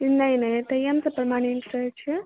नहि नहि एतहिए हमसभ परमानेंट रहैत छियै